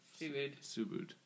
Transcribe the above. Subud